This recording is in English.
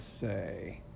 say